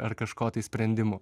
ar kažko tai sprendimu